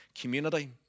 community